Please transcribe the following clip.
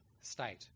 state